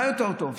מה יותר טוב?